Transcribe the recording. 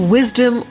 Wisdom